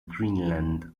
greenland